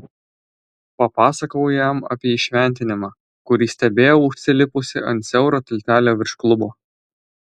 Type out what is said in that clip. papasakojau jam apie įšventinimą kurį stebėjau užsilipusi ant siauro tiltelio virš klubo